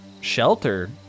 shelter